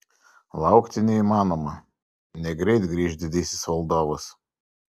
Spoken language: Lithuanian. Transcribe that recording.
laukti neįmanoma negreit grįš didysis valdovas